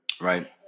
Right